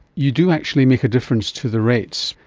you do actually make a difference to the rates.